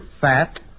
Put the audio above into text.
fat